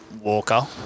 Walker